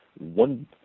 one